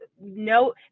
no